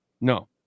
No